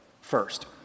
First